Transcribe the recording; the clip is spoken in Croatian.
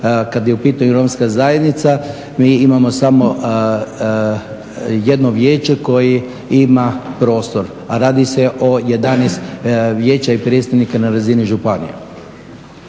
kad je u pitanju Romska zajednica mi imamo samo jedno vijeće koje ima prostor a radi se o 11 vijeća i predstavnika na razini županije.